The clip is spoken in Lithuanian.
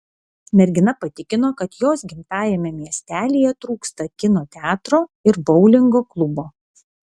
mergina patikino kad jos gimtajame miestelyje trūksta kino teatro ir boulingo klubo